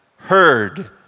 heard